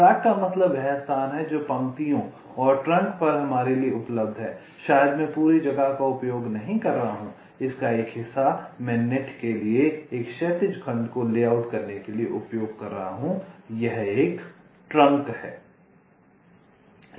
track का मतलब वह स्थान है जो पंक्तियों और ट्रंक पर हमारे लिए उपलब्ध है शायद मैं पूरी जगह का उपयोग नहीं कर रहा हूं इसका एक हिस्सा मैं एक नेट के लिए एक क्षैतिज खंड को लेआउट करने के लिए उपयोग कर रहा हूं यह एक ट्रंक है